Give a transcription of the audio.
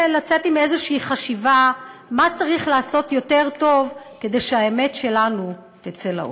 לצאת עם איזושהי חשיבה מה צריך לעשות יותר טוב כדי שהאמת שלנו תצא לאור.